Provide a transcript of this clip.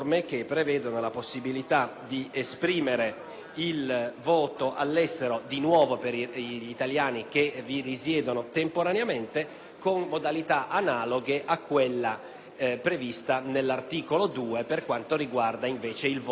il voto all'estero per gli italiani che vi risiedono temporaneamente, con modalità analoghe a quella prevista dall'articolo 2 per quanto riguarda, invece, il voto per l'elezione dei rappresentanti italiani